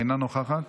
אינה נוכחת,